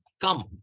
Come